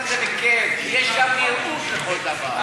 אני אומר את זה בכאב: יש גם נראות לכל דבר.